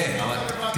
למה שאני אכעס עליך?